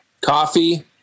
coffee